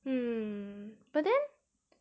um but then